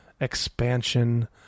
expansion